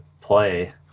play